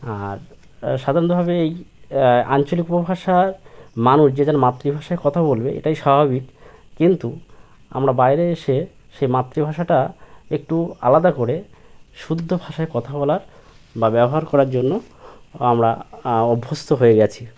আর সাধারণতভাবে এই আঞ্চলিক উপভাষার মানুষ যে যার মাতৃভাষায় কথা বলবে এটাই স্বাভাবিক কিন্তু আমরা বাইরে এসে সেই মাতৃভাষাটা একটু আলাদা করে শুদ্ধ ভাষায় কথা বলার বা ব্যবহার করার জন্য আমরা অভ্যস্ত হয়ে গেছি